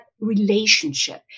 relationship